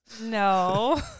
No